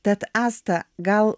tad asta gal